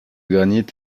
granit